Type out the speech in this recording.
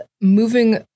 moving